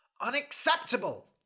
Unacceptable